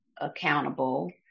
accountable